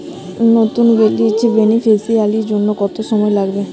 নতুন বেনিফিসিয়ারি জন্য কত সময় লাগবে?